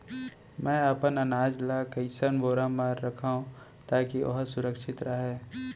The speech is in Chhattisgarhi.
मैं अपन अनाज ला कइसन बोरा म रखव ताकी ओहा सुरक्षित राहय?